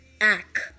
act